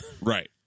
Right